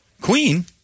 Queen